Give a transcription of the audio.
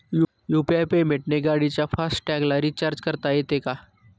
UPI पेमेंटने गाडीच्या fast टॅगला रिर्चाज करता येते का?